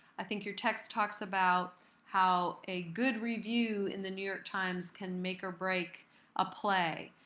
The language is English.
i think your text talks about how a good review in the new york times can make or break a play.